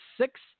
six